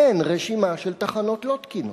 אין רשימה של תחנות לא תקינות.